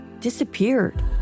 disappeared